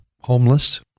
homeless